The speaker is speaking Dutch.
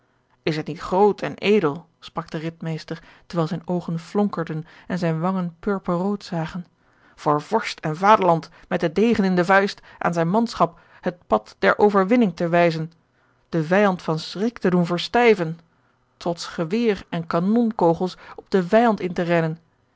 is het niet groot en edel sprak de ridmeester terwijl zijne oogen flonkerden en zijne wangen purperrood zagen voor vorst en vaderland met den degen in de vuist aan zijne manschap het pad der overwinning te wijzen den vijand van schrik te doen verstijven trots geweer en kanonkogels op den vijand in te rennen